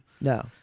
No